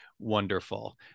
wonderful